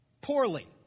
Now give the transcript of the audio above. Poorly